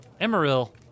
Emeril